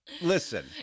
Listen